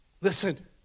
Listen